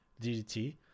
DDT